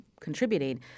contributing